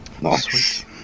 Nice